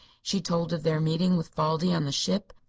she told of their meeting with valdi on the ship,